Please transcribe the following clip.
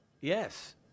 Yes